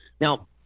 Now